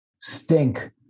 stink